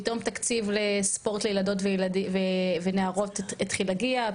פתאום תקציב לספורט לילדות ונערות התחיל להגיע,